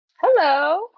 Hello